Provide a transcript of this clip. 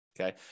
Okay